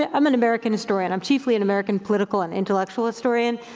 yeah i'm an american historian. i'm chiefly an american political and intellectual historian.